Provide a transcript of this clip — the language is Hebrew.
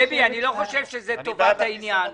דבי, אני לא חושב שזאת טובת העניין.